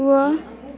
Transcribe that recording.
व